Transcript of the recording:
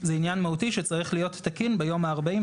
זה עניין מהותי שצריך להיות תקין ביום ה-40,